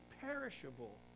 perishable